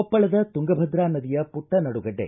ಕೊಪ್ಪಳದ ತುಂಗಭದ್ರಾ ನದಿಯ ಪುಟ್ಟ ನಡುಗಡ್ಡೆ